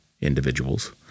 individuals